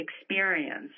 experience